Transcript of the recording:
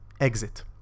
exit